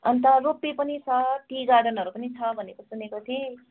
अन्त रोपवे पनि छ टी गार्डनहरू पनि छ भनेको सुनेको थिएँ